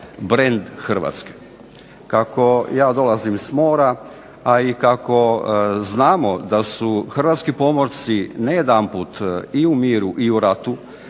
brend Hrvatske. Kako ja dolazim s mora, a i kako znamo da su hrvatski pomorci ne jedanput i u miru i u ratu